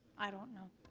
i don't know.